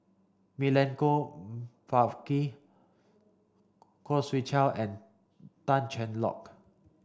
Milenko Prvacki Khoo Swee Chiow and Tan Cheng Lock